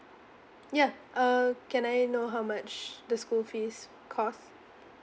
ya uh can I know how much the school fees cost